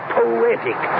poetic